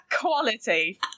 Quality